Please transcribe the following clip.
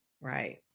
Right